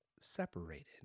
separated